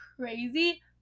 crazy